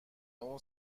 اون